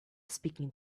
speaking